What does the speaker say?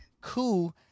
coup